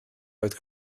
oedd